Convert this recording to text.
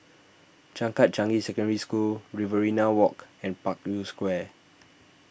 Changkat Changi Secondary School Riverina Walk and Parkview Square